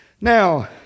Now